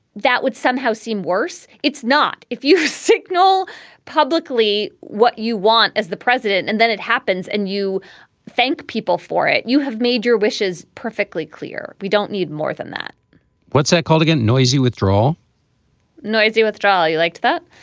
that would somehow seem worse. it's not. if you signal publicly what you want as the president and then it happens and you thank people for it, you have made your wishes perfectly clear. we don't need more than that what's that called again? noisy withdrawal noisy withdrawal. you liked that?